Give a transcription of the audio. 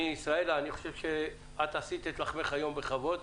ישראלה, אני חושב שאת עשית את לחמך היום בכבוד.